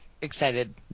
excited